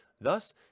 Thus